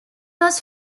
was